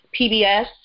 PBS